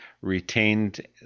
retained